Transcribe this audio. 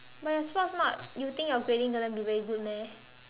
but your sports not you think your grading gonna be very good meh